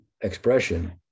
expression